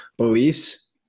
beliefs